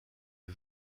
est